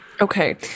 Okay